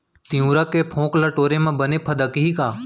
तिंवरा के फोंक ल टोरे म बने फदकही का?